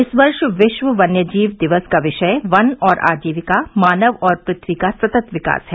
इस वर्ष विश्व वन्यजीव दिवस का विषय बन और आजीविका मानव और पृथ्वी का सतत विकास है